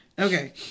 Okay